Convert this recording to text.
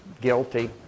guilty